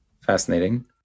Fascinating